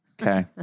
Okay